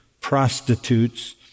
prostitutes